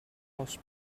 horse